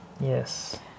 Yes